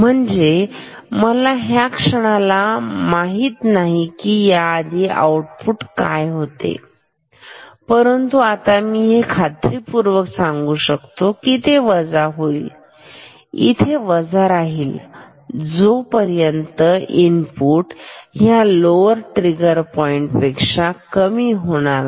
म्हणजे मला ह्या क्षणाला माहित नाही की याआधी आउटपुट काय होते परंतु आता हे मी खात्रीपूर्वक सांगू शकतो की ते वजा होईल इथे वजा राहील जोपर्यंत इनपुट ह्या लोवर ट्रिगर पॉईंट पेक्षा कमी होणार नाही